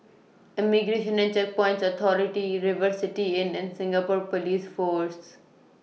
Immigration and Checkpoints Authority River City Inn and Singapore Police Force